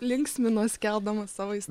linksminuos skelbdama savo is